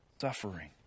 suffering